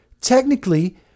technically